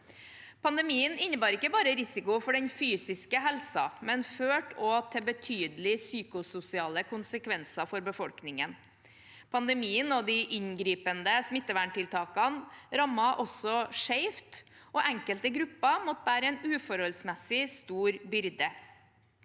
Pandemien innebar ikke bare risiko for den fysiske helsen, men førte også til betydelige psykososiale konsekvenser for befolkningen. Pandemien og de inngripende smitteverntiltakene rammet også skjevt, og enkelte grupper måtte bære en uforholdsmessig stor byrde.